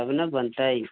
तब ने बनतै